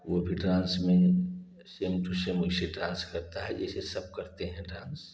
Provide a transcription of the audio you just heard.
वो भी डांस में सेम टू सेम वैसे डांस क रता है जैसे सब करते हैं डांस